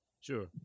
sure